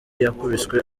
yakubiswe